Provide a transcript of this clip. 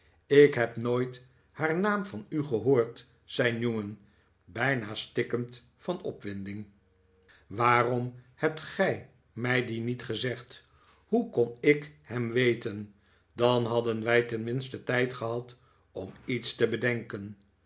ik heb nooit haar naam van u gehoord zei newman bijna stikkend van opwinding waarom hebt gij mij dien niet gezegd hoe kon ik hem weten dan hadden wij tenminste tijd gehad om iets te bedenken